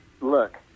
look